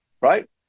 Right